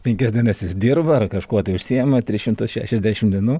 penkias dienas jis dirba ar kažkuo tai užsiema tris šimtus šešiasdešim dienų